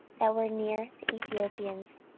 that were near the ethiopians